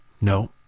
No